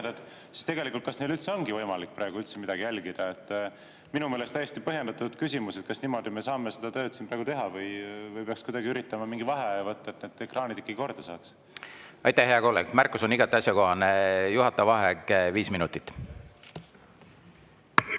siis kas neil üldse ongi võimalik praegu midagi jälgida? Minu meelest täiesti põhjendatud küsimus: kas niimoodi me saame seda tööd siin praegu teha või peaks kuidagi üritama mingi vaheaja võtta, et need ekraanid ikka korda saaks? Aitäh, hea kolleeg! Märkus on igati asjakohane. Juhataja vaheaeg viis minutit.V